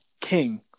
King